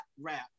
rap